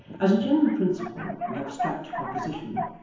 as a general principle and abstract proposition,